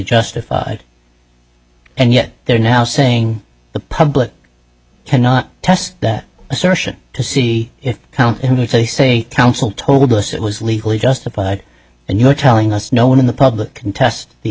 justified and yet they're now saying the public cannot test that assertion to see if they say council told us it was legally justified and you are telling us no one in the public can test the